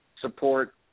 support